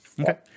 Okay